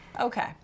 Okay